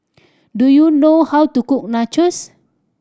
do you know how to cook Nachos